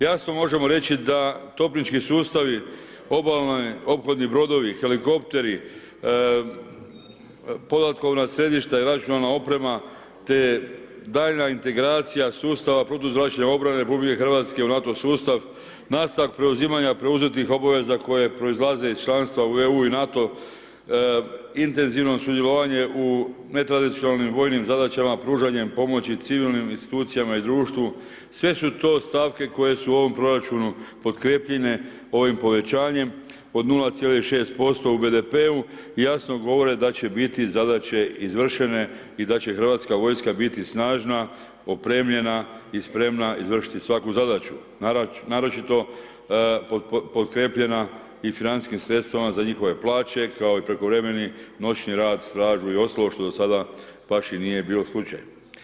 Jasno možemo reći da topnički sustavi, obalni ophodni brodovi, helikopteri podatkovna središta i računalna oprema te daljnja integracija sustava protuzračne obrane RH u NATO sustav, nastavak preuzimanja preuzetih obaveza koje proizlaze iz članstva u EU i NATO, intenzivno sudjelovanje u netradicionalnim vojnim zadaćama pružanjem pomoći civilnim institucijama i društvu sve su to stavke koje su u ovom proračunu pokrjepljene ovim povećanjem od 0,6% u BDP-u jasno govore da će biti zadaće izvršene i da će Hrvatska vojska biti snažna opremljena i spremna izvršiti svaku zadaću, naročito pokrjepljena i financijskim sredstvima za njihove plaće kao i prekovremeni noćni rad, stražu i ostalo što do sada baš i nije bio slučaj.